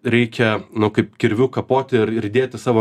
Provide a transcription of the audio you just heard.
reikia nu kaip kirviu kapoti ir ir dėti savo